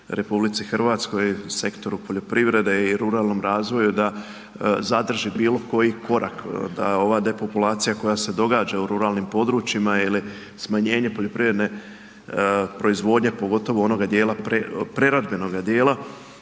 pomoći RH, sektoru poljoprivrede i ruralnom razvoju da zadrži bilo koji korak da ova depopulacija koja se događa u ruralnim područjima ili smanjenje poljoprivredne proizvodnje, pogotovo onoga dijela preradbenoga dijela